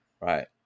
right